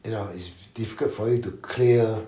you know it is difficult for you to clear